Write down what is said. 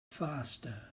faster